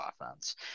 offense